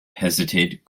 hesitate